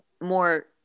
more